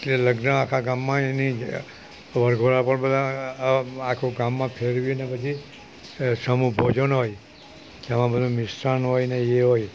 એટલે લગ્ન આખાં ગામમાં એની વરઘોડા પર બધા આખું ગામમાં ફેરવીને પછી સમૂહ ભોજન હોય તેમાં બધુ મિષ્ટાન હોય ને એ હોય